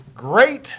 Great